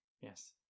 Yes